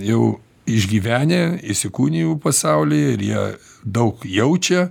jau išgyvenę įsikūnijų pasaulyje ir jie daug jaučia